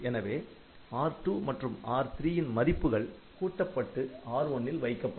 எனவே R2 மற்றும் R3 ன் மதிப்புகள் கூட்டப்பட்டு R1 ல் வைக்கப்படும்